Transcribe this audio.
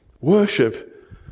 Worship